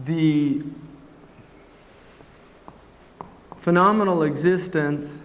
the phenomenal existence